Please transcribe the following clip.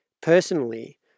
Personally